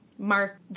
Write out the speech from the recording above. Mark